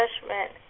judgment